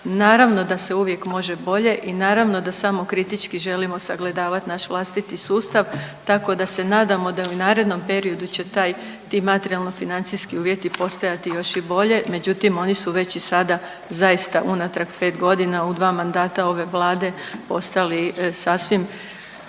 Naravno da se uvijek može bolje i naravno da samokritički želimo sagledavat naš vlastiti sustav tako da se nadamo da i u narednom periodu će taj, ti materijalno financijski uvjeti postajati još i bolje, međutim oni su već i sada zaista unatrag 5 godina u 2 mandata ove Vlade postali sasvim